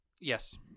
Yes